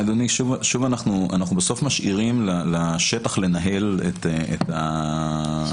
אדוני, אנחנו בסוף משאירים לשטח לנהל את המציאות.